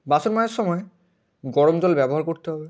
বাসন মাজার সময় গরম জল ব্যবহার করতে হবে